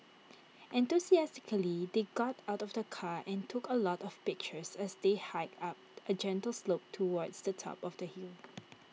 enthusiastically they got out of the car and took A lot of pictures as they hiked up A gentle slope towards the top of the hill